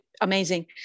amazing